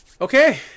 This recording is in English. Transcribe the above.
Okay